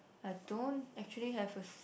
I don't actually have a s~